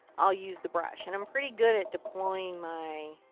i'll use the brush. and i'm pretty good at deploying my.